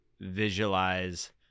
visualize